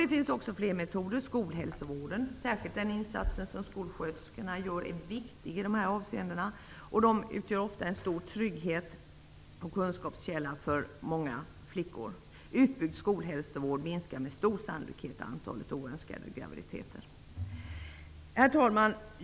Det finns fler metoder. Skolhälsovården, särskilt den insats som skolsköterskorna gör, är viktig i de här avseendena och utgör ofta en stor trygghet och kunskapskälla för många flickor. Utbyggd skolhälsovård minskar med stor sannolikhet antalet oönskade graviditeter. Herr talman!